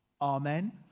Amen